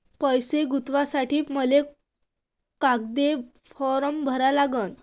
पैसे गुंतवासाठी मले कोंता फारम भरा लागन?